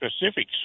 specifics